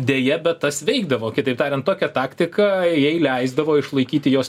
deja bet tas veikdavo kitaip tariant tokia taktika jai leisdavo išlaikyti jos